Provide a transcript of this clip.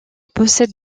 possède